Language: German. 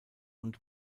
und